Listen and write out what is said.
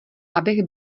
abych